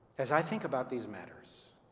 as i think about these matters,